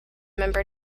member